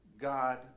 God